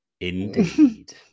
indeed